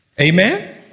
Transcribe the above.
Amen